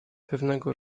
pewnego